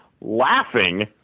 laughing